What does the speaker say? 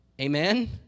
amen